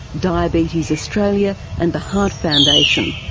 diabetes australia and the heart foundation.